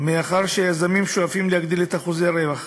מאחר שהיזמים שואפים להגדיל את אחוזי הרווח,